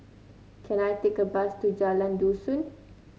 can I take a bus to Jalan Dusun